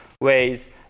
ways